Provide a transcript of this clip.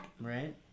Right